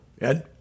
Ed